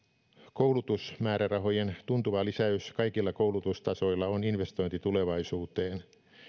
koulutusmäärärahojen tuntuva lisäys kaikilla koulutustasoilla on investointi tulevaisuuteen